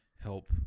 help